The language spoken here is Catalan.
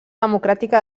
democràtica